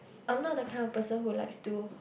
I'm not that kind of person who likes to